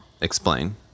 Explain